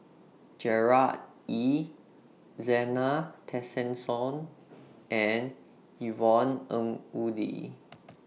Gerard Ee Zena Tessensohn and Yvonne Ng Uhde